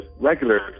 regular